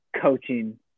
coaching